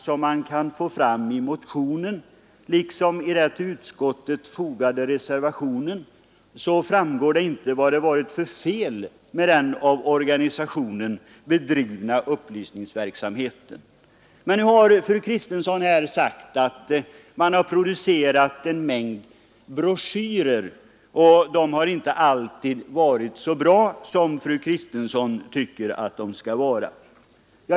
Av denna motions liksom den till utskottsbetänkandet fogade reservationens knapphändiga motiveringar framgår inte vad det har varit för fel med den av organisationen bedrivna upplysningsverksamheten. Fru Kristensson har här sagt att man producerat en mängd broschyrer, och dessa har inte alltid varit så bra som hon tycker att de skall vara.